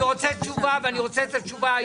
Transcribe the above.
אני רוצה תשובה ואני רוצה את התשובה היום.